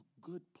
good